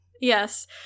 Yes